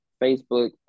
Facebook